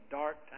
dark